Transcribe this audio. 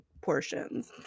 portions